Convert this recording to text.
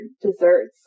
desserts